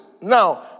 now